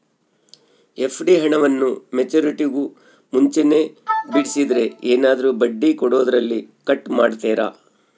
FD ಹಣವನ್ನು ಮೆಚ್ಯೂರಿಟಿಗೂ ಮುಂಚೆನೇ ಬಿಡಿಸಿದರೆ ಏನಾದರೂ ಬಡ್ಡಿ ಕೊಡೋದರಲ್ಲಿ ಕಟ್ ಮಾಡ್ತೇರಾ?